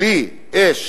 בלי אש,